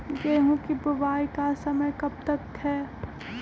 गेंहू की बुवाई का समय कब तक है?